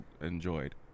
enjoyed